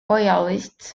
royalists